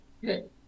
Good